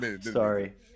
Sorry